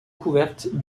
recouverte